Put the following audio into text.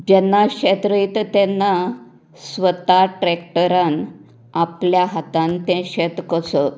जेन्ना शेत रोयता तेन्ना स्वता ट्रेक्टरान आपल्या हातान तें शेत कसप